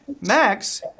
Max